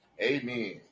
Amen